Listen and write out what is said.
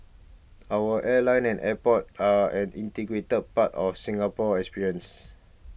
our airline and airport are an part of the Singapore experience